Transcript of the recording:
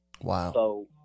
Wow